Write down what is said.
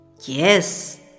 Yes